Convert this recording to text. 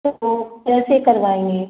तो कैसे करवाएंगे